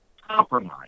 compromise